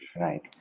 Right